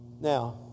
Now